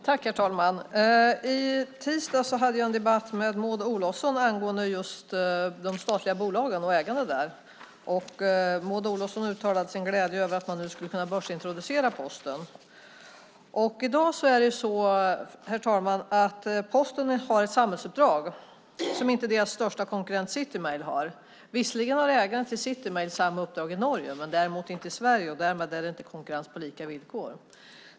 Herr talman! I tisdags hade jag en debatt med Maud Olofsson angående ägandet av de statliga bolagen. Maud Olofsson uttalade sin glädje över att man kan börsintroducera Posten. I dag, herr talman, har Posten ett samhällsuppdrag som den största konkurrenten City Mail inte har. Visserligen har ägaren till City Mail det uppdraget i Norge men däremot inte i Sverige. Därmed är det inte konkurrens på lika villkor.